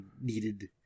needed